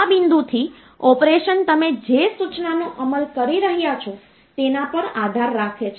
આ બિંદુથી ઑપરેશન તમે જે સૂચનાનો અમલ કરી રહ્યાં છો તેના પર આધાર રાખે છે